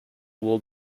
will